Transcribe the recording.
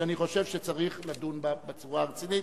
שאני חושב שצריך לדון בה בצורה הרצינית,